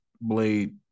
Blade